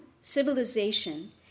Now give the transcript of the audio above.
civilization